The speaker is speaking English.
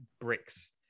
bricks